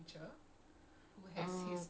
pre~ a celebrity preacher